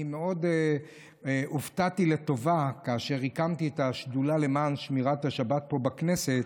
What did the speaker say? אני מאוד הופתעתי לטובה כאשר הקמתי את השדולה למען שמירת השבת פה בכנסת,